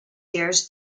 years